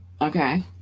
Okay